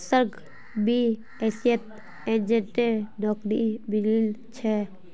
उपसर्गक बीएसईत एजेंटेर नौकरी मिलील छ